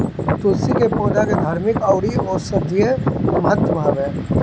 तुलसी के पौधा के धार्मिक अउरी औषधीय महत्व हवे